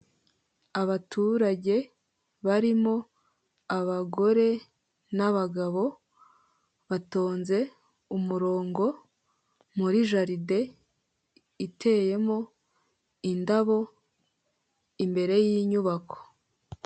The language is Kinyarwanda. Abaturage barimo abagore n'abagabo; batonze umurongo muri jaride iteyemo indabo imbere y'inyubako.